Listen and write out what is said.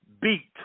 beat